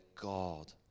God